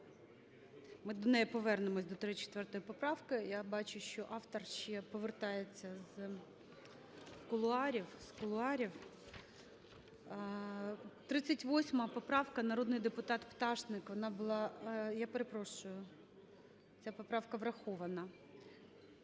ми до неї повернемося до 34 поправки, я бачу, що автор ще повертається з кулуарів. 38 поправка, народний депутат Пташник, вона була… Я перепрошую, ця поправка врахована.